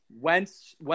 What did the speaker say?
Wentz